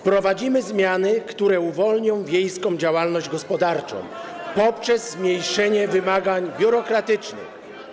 Wprowadzimy zmiany, które uwolnią wiejską działalność gospodarczą poprzez zmniejszenie wymagań biurokratycznych.